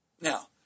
Now